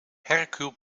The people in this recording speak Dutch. hercule